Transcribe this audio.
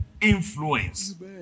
influence